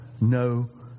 no